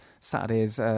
Saturday's